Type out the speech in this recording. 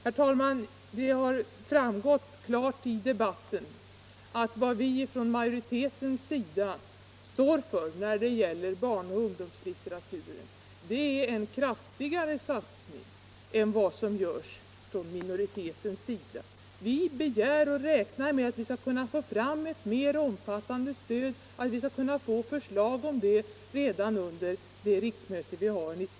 Av debatten har klart framgått att vad vi i utskottsmajoriteten vill när det gäller barnoch ungdomslitteraturen är att göra en kraftigare satsning än vad minoriteten föreslår. Vi begär ett mera omfattande stöd och räknar med att få förslag om det redan under 1975/76 års riksmöte.